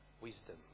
wisdom